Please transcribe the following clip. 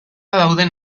dauden